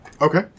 Okay